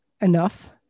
enough